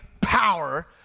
power